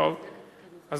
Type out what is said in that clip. אז